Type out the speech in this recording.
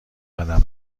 قدم